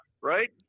right